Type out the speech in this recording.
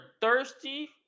thirsty